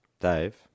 Dave